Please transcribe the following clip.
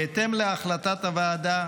בהתאם להחלטת הוועדה,